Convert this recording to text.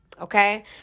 okay